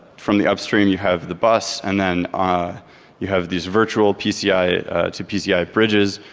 from the upstream you have the bus, and then ah you have these virtual pci to pci bridges,